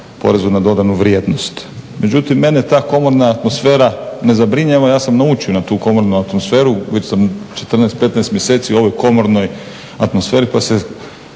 porezu na dodanu vrijednost. Međutim, mene ta komorna atmosfera ne zabrinjava ja sam naučio na tu komornu atmosferu, već sam 14, 15 mjeseci u ovoj komornoj atmosferi pa se